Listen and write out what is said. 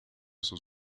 sus